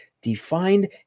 defined